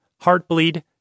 Heartbleed